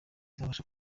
nzabasha